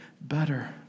better